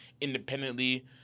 independently